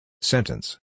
Sentence